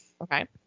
Okay